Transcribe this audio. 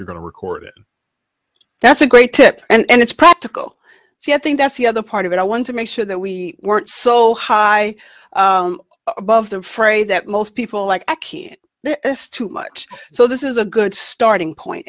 you're going to record it that's a great tip and it's practical so i think that's the other part of it i want to make sure that we weren't so high above the fray that most people like us too much so this is a good starting point